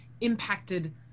impacted